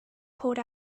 poured